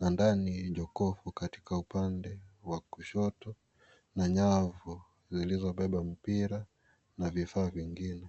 na nadni jogoo iko katika upande wa kushoto na nyavu zilizobeba mpira na vifaa zingine